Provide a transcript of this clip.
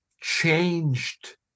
changed